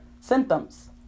symptoms